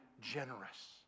generous